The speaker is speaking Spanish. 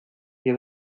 que